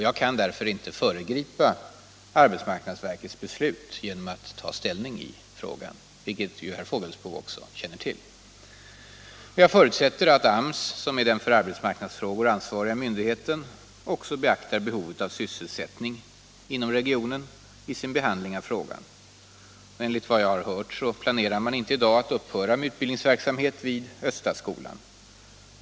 Jag kan därför inte föregripa arbetsmarknadsstyrelsens beslut genom att ta ställning i frågan, vilket ju herr Fågelsbo också känner till. Jag förutsätter att AMS, som är den för arbetsmarknadsfrågor ansvariga myndigheten, även beaktar behovet av sysselsättning inom regionen vid sin behandling av frågan. Enligt vad jag har hört planerar man inte i dag att upphöra med utbildningsverksamhet vid Östaskolan.